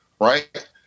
right